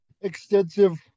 extensive